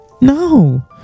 No